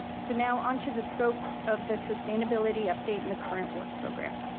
so now onto the scope of the sustainability update and the current work program.